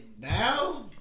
now